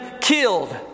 killed